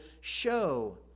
show